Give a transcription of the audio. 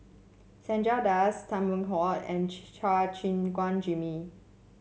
Chandra Das Tan Kheam Hock and Chua Gim Guan Jimmy